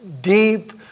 deep